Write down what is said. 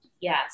Yes